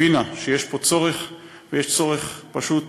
הבינה שיש פה צורך, ויש צורך פשוט